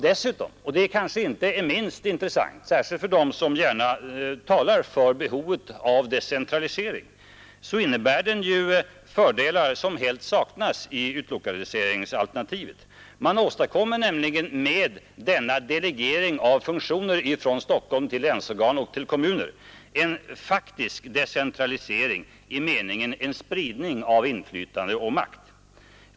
Dessutom — och det är kanske inte minst intressant särskilt för dem som gärna talar för behovet av decentralisering — innebär denna delegering av funktioner ifrån Stockholm till länsorgan och till kommuner en faktisk decentralisering i meningen en spridning av inflytande och makt.